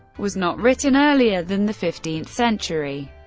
was not written earlier than the fifteenth century.